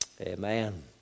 Amen